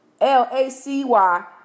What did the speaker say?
L-A-C-Y